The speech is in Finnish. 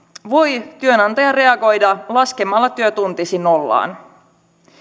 voi työnantaja reagoida laskemalla työtuntisi nollaan